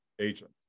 agent